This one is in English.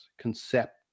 concept